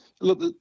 look